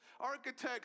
architects